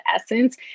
essence